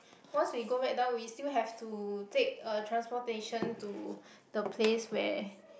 once we go back down we still have to take a transportation to the place where